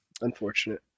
Unfortunate